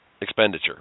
expenditure